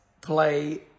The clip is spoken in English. play